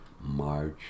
March